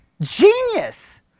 genius